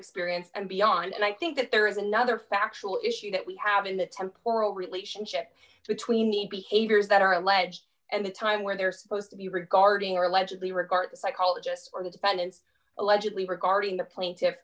experience and beyond and i think that there is another factual issue that we have in the oral relationship between e behaviors that are alleged and the time where they're supposed to be regarding or allegedly regard to psychologists or dependents allegedly regarding the plaintiffs